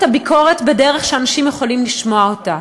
הביקורת בדרך שאנשים יכולים לשמוע אותה.